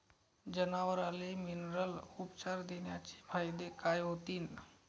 जनावराले मिनरल उपचार देण्याचे फायदे काय होतीन?